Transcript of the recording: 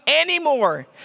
anymore